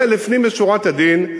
זה לפנים משורת הדין,